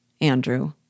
Andrew